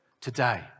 today